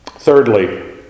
Thirdly